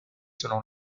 selon